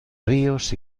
ríos